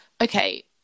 okay